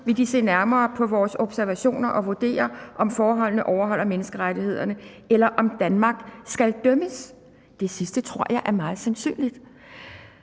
vil de se nærmere på vores observationer og vurdere, om forholdene overholder menneskerettighederne, eller om Danmark skal dømmes. (...) Det sidste, tror jeg, er meget sandsynligt.«